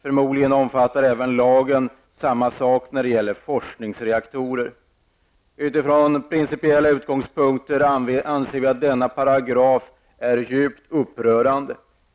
Förmodligen omfattar lagen samma sak när det gäller forskningsreaktorer. Från principiella utgångspunkter anser vi moderater att denna paragraf är djupt upprörande.